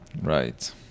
Right